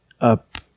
up